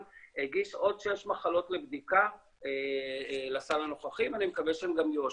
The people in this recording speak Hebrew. הגיש עוד שש מחלות לבדיקה לסל הנוכחי ואני מקווה שהן גם יאושרו.